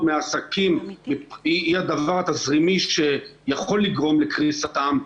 מהעסקים --- התזרימי שיכול לגרום לקריסתם.